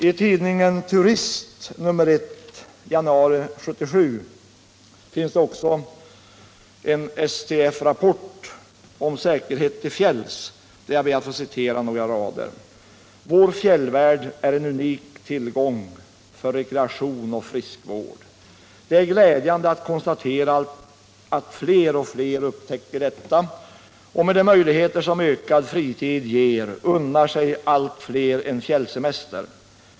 I januarinumret i år av tidskriften Turist finns det också en STF-rapport om säkerheten till fjälls. Jag ber att få citera några rader ur den: ”Vår fjällvärld är en unik tillgång för rekreation och friskvård. Det är glädjande att konstatera att fler och fler upptäcker detta och med de möjligheter som ökad fritid ger unnar sig allt fler en fjällsemester.